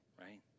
right